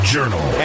Journal